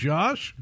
Josh